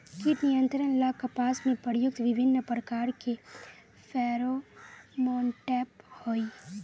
कीट नियंत्रण ला कपास में प्रयुक्त विभिन्न प्रकार के फेरोमोनटैप होई?